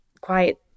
quiet